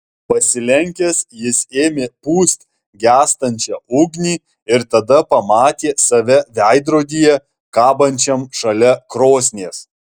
pasilenkęs jis ėmė pūst gęstančią ugnį ir tada pamatė save veidrodyje kabančiam šalia krosnies